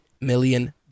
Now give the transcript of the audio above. million